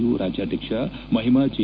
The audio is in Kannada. ಯು ರಾಜ್ಯಾಧ್ಯಕ್ಷ ಮಹಿಮಾ ಜೆ